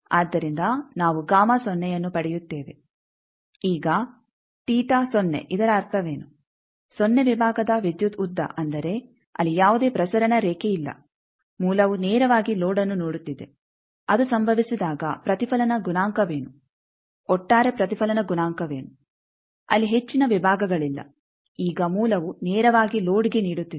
ಆದ್ದರಿಂದ ನಾವು ಅನ್ನು ಪಡೆಯುತ್ತೇವೆ ಈಗ ಇದರ ಅರ್ಥವೇನು ಸೊನ್ನೆ ವಿಭಾಗದ ವಿದ್ಯುತ್ ಉದ್ದ ಅಂದರೆ ಅಲ್ಲಿ ಯಾವುದೇ ಪ್ರಸರಣ ರೇಖೆ ಇಲ್ಲ ಮೂಲವು ನೇರವಾಗಿ ಲೋಡ್ಅನ್ನು ನೋಡುತ್ತಿದೆ ಅದು ಸಂಭವಿಸಿದಾಗ ಪ್ರತಿಫಲನ ಗುಣಾಂಕವೇನು ಒಟ್ಟಾರೆ ಪ್ರತಿಫಲನ ಗುಣಾಂಕವೇನು ಅಲ್ಲಿ ಹೆಚ್ಚಿನ ವಿಭಾಗಗಳಿಲ್ಲ ಈಗ ಮೂಲವು ನೇರವಾಗಿ ಲೋಡ್ಗೆ ನೀಡುತ್ತಿದೆ